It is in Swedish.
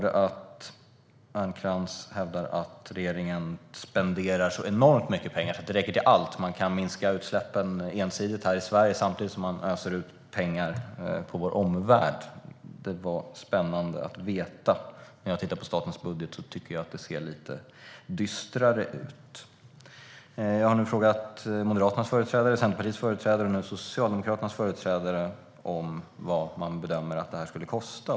Ernkrans hävdar att regeringen spenderar så mycket pengar att det räcker till allt: Man kan minska utsläppen ensidigt här i Sverige samtidigt som man öser ut pengar på vår omvärld. Det var spännande att få höra det. När jag tittar på statens budget tycker jag att det ser lite dystrare ut. Jag har frågat Moderaternas företrädare, Centerpartiets företrädare och nu Socialdemokraternas företrädare vad man bedömer att det skulle kosta.